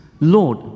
Lord